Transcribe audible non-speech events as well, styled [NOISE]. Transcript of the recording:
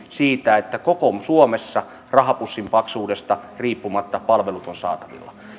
[UNINTELLIGIBLE] siitä että koko suomessa rahapussin paksuudesta riippumatta palvelut ovat saatavilla